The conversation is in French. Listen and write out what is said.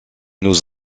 nous